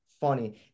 funny